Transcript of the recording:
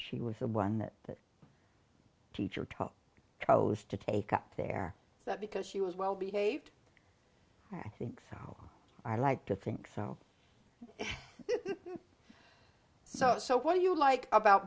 she was the one that the teacher taught chose to take up there because she was well behaved i think so i like to think so so so what do you like about